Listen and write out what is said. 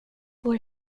vår